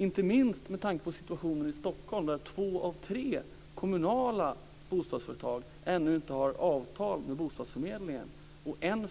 Inte minst med tanke på situationen i Stockholm, där två av tre kommunala bostadsföretag och än färre privata bostadsföretag ännu inte har avtal med bostadsförmedlingen, vill